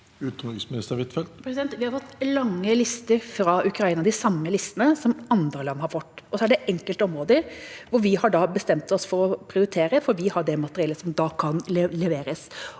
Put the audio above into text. Utenriksminister Anniken Huitfeldt Vi har fått lange lister fra Ukraina, de samme listene som andre land har fått, og så er det enkelte områder vi har bestemt oss for å prioritere, fordi vi har det materiellet som kan leveres.